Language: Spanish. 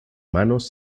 manos